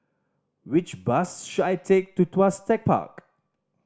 which bus should I take to Tuas Tech Park